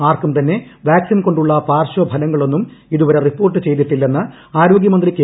ആർക്കും തന്നെ വാക്സിൻ കൊണ്ടുള്ള പാർശ്വഫലങ്ങളൊന്നും ഇതുവരെ റിപ്പോർട്ട് ചെയ്തിട്ടില്ലെന്ന് ആരോഗൃമന്ത്രി കെ